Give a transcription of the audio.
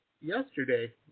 yesterday